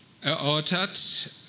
erörtert